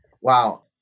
Wow